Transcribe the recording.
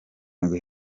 nibwo